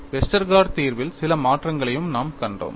Westergaard தீர்வில் சில மாற்றங்களையும் நாம் கண்டோம்